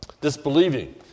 disbelieving